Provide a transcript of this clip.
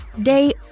day